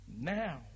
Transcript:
now